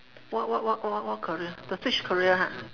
what what what what what what career the switch career ha